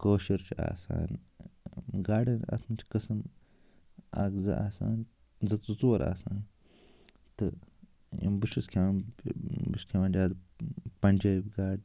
کٲشٕر چھِ آسان گاڑَن اَتھ منٛز چھِ قسٕم اَکھ زٕ آسان زٕ ژور آسان تہٕ بہٕ چھُس کھیٚوان ٲں بہٕ چھُس کھیٚوان زیادٕ پَنٛجٲبۍ گاڑٕ